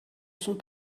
sont